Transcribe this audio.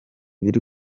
biri